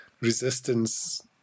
resistance